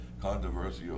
controversial